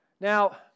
Now